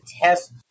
test